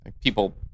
people